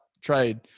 trade